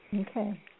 Okay